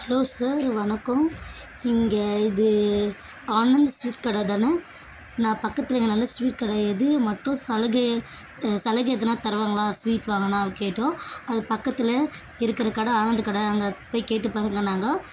hello sir வணக்கம் இங்கே இது ஆனந்து ஸ்வீட் கடை தானே நான் பக்கத்தில் இங்கே நல்ல ஸ்வீட் கடை எது மற்றும் சலுகை சலுகை எதுனால் தருவாங்களா ஸ்வீட் வாங்குனா கேட்டோம் அது பக்கத்தில் இருக்கிற கடை ஆனந்து கடை அங்கே போய் கேட்டுப்பாருங்கன்னாங்கோ